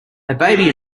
baby